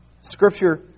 Scripture